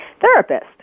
therapist